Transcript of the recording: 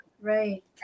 Right